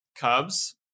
Cubs